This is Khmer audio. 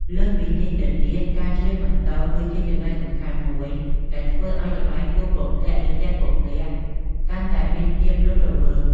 លើសពីនេះទៅទៀតការ ច្រៀងបន្ទរ គឺជាចំណុចសំខាន់មួយដែលធ្វើឱ្យល្បែង គោះពព្លាក់ ឬទះពព្លាក់ កាន់តែមានភាពរស់រវើក។